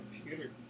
computer